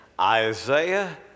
Isaiah